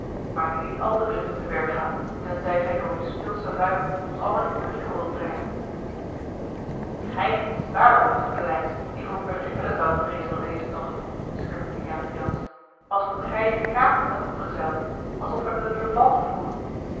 maar nu niet al te driftig te werk gaan tenzij gij door uwe speelsche luim ons allen in perikel wilt brengen gij een zwaarhoofd goedelijns die voor perikelen zoudt vreezen op dezen tocht schertste jacob jansz alsof gij de kaap niet had omgezeild alsof we naar de levant voeren